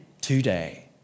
today